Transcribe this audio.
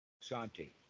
Santi